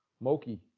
Moki